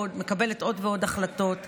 מקבלת עוד ועוד החלטות שגויות,